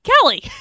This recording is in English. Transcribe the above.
Kelly